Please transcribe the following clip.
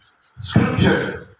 scripture